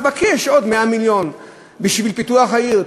תבקש עוד 100 מיליון בשביל פיתוח העיר,